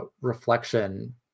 reflection